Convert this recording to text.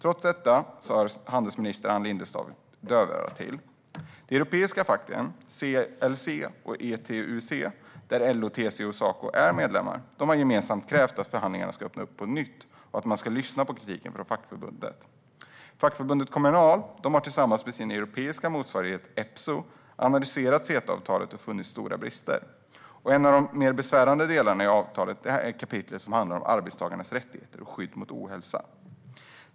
Trots detta har handelsminister Ann Linde slagit dövörat till. De fackliga organisationerna CLC och ETUC, i vilket LO, TCO och Saco är medlemmar, har gemensamt krävt att förhandlingarna ska öppna upp på nytt och att man ska lyssna på kritiken från fackförbunden. Fackförbundet Kommunal har tillsammans med Epso, dess europeiska motsvarighet, analyserat CETA-avtalet och funnit stora brister. En av de mer besvärande delarna i avtalet är kapitlet som handlar om arbetstagarnas rättigheter och skydd mot ohälsa.